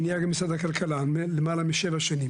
שנהיה גם משרד הכלכלה, למעלה משבע שנים.